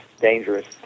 dangerous